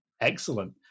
excellent